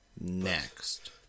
Next